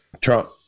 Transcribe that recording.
Trump